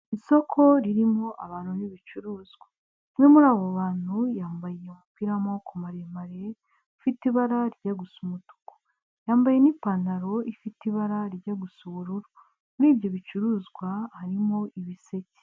Isoko ririmo abantu n'ibicuruzwa, umwe muri abo bantu yambaye umupira w'amaboko maremare ufite ibara rijya gusa umutuku yambaye n'ipantaro ifite ibara rijya gusa ubururu, muri ibyo bicuruzwa harimo ibiseke.